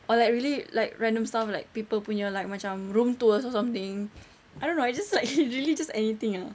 or like really like random stuff like people punya like macam room tours or something I don't know I just like really just anything ah